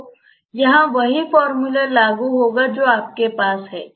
तो यहां वही फॉर्मूला लागू होगा जो आपके पास है